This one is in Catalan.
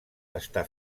està